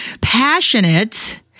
passionate